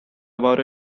about